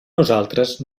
nosaltres